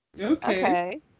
Okay